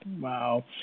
Wow